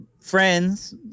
friends